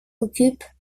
occupe